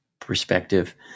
perspective